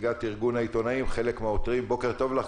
נציגת ארגון העיתונאים חלק מהעותרים בוקר טוב לך,